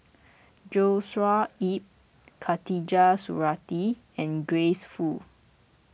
Joshua Ip Khatijah Surattee and Grace Fu